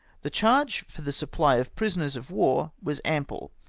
the charge for the supply of prisoners of war was ample,